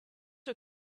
her